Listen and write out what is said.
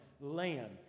land